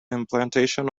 implantation